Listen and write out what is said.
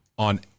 on